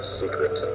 secret